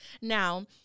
now